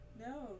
No